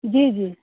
जी जी